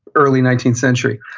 early nineteenth century.